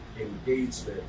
engagement